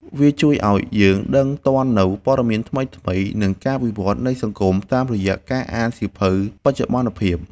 វាជួយឱ្យយើងដឹងទាន់នូវព័ត៌មានថ្មីៗ និងការវិវត្តនៃសង្គមតាមរយៈការអានសៀវភៅបច្ចុប្បន្នភាព។